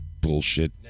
bullshit